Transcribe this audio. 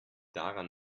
daran